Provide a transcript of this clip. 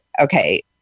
okay